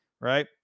right